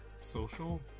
social